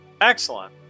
Excellent